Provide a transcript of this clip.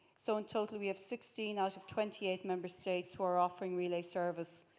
so in total we have sixteen out of twenty eight member states who are offering relay service.